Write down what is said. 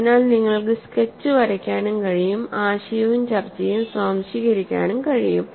അതിനാൽ നിങ്ങൾക്ക് സ്കെച്ച് വരയ്ക്കാനും കഴിയുംആശയവും ചർച്ചയും സ്വാംശീകരിക്കാനും കഴിയും